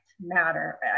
matter